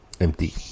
Empty